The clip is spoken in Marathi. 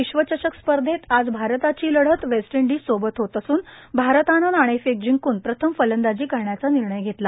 विश्व चषक स्पर्धेत आज भारताची लढत वेस्ट इंडिज सोबत होत असून भारताने नाणेफेक जिंकून प्रथम फलंदाजी करण्याचा निर्णय घेतला